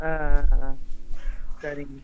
ஆ ஆ ஆ செரிங்க